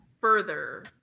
further